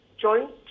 joint